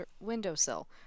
windowsill